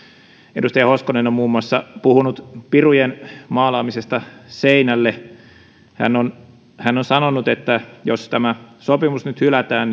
edustaja hoskonen on muun muassa puhunut pirujen maalaamisesta seinälle hän on hän on sanonut että jos tämä sopimus nyt hylätään